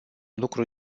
lucru